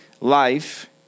life